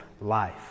life